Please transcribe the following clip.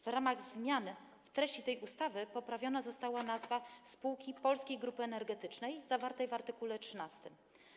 W ramach zmian w treści tej ustawy poprawiona została nazwa spółki Polska Grupa Energetyczna zawarta w art. 13.